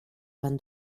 van